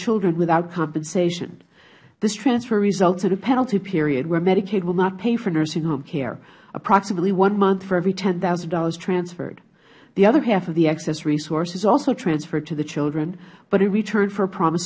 children without compensation this transfer results in a penalty period where medicaid will not pay for nursing home care approximately one month for every ten thousand dollars transferred the other half of the excess resource is also transferred to the children but in return for a promis